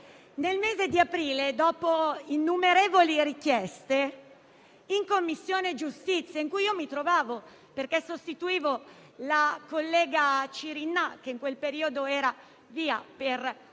nel mese di aprile, dopo innumerevoli richieste, in Commissione giustizia, dove io mi trovavo perché sostituivo la collega Cirinnà, che in quel periodo era via per